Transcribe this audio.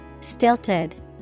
Stilted